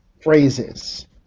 phrases